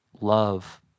love